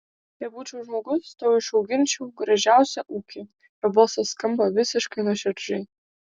jei būčiau žmogus tau išauginčiau gražiausią ūkį jo balsas skamba visiškai nuoširdžiai